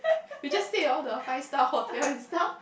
we just stay in all the five star hotel and stuff